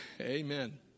Amen